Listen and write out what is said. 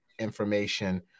information